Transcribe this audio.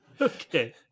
Okay